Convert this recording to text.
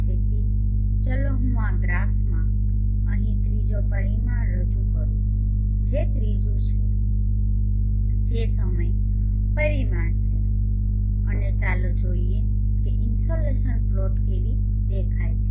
તેથી ચાલો હું આ ગ્રાફમાં અહીં ત્રીજો પરિમાણ રજૂ કરું જે ત્રીજું છે જે સમય પરિમાણ છે અને ચાલો જોઈએ કે ઇનસોલેશન પ્લોટ કેવી દેખાય છે